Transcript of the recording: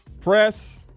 press